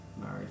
married